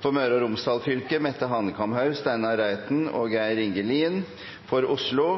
For Møre og Romsdal fylke: Mette Hanekamhaug, Steinar Reiten og Geir Inge Lien For Oslo: